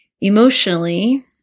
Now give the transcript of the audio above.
emotionally